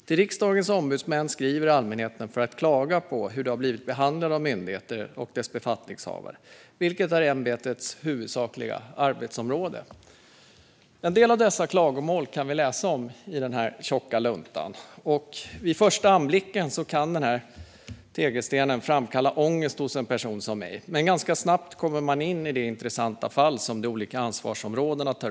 Till Riksdagens ombudsmän skriver allmänheten för att klaga på hur de har blivit behandlade av myndigheter och dess befattningshavare, vilket är ämbetets huvudsakliga arbetsområde. En del av dessa klagomål kan vi läsa om i den tjocka luntan. Vid första anblicken kan den här tegelstenen framkalla ångest hos en person som mig, men ganska snabbt kommer man in i de intressanta fall som tas upp inom de olika ansvarsområdena.